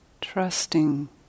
Trusting